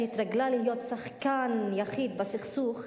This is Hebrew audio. שהתרגלה להיות שחקן יחיד בסכסוך,